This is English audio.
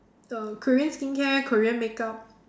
uh Korean skincare Korean makeup